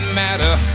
matter